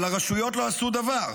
אבל הרשויות לא עשו דבר.